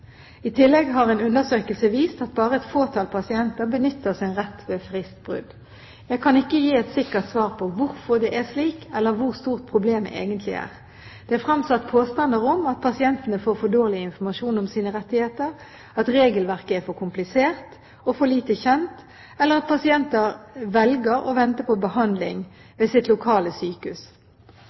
I tillegg har en undersøkelse vist at bare et fåtall pasienter benytter sin rett ved fristbrudd. Jeg kan ikke gi et sikkert svar på hvorfor det er slik, eller hvor stort problemet egentlig er. Det er fremsatt påstander om at pasientene får for dårlig informasjon om sine rettigheter, at regelverket er for komplisert og for lite kjent, eller at pasienter velger å vente på behandling ved sitt lokale sykehus.